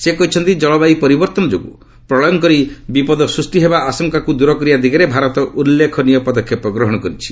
ସେ କହିଛନ୍ତି ଜଳବାୟୁ ପରିବର୍ତ୍ତନ ଯୋଗୁଁ ପ୍ରଳୟଙ୍କାରୀ ବିପଦ ସୃଷ୍ଟି ହେବା ଆଶଙ୍କାକୁ ଦୂର କରିବା ଦିଗରେ ଭାରତ ଉଲ୍ଲେଖନୀୟ ପଦକ୍ଷେପ ଗ୍ରହଣ କରିଛି